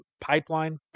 pipeline